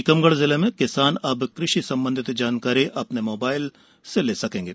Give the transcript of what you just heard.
टीकमगढ़ जिले में किसान अब कृषि संबंधित जानकारी अपने मोबाइल से ले सकेंगे